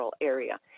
Area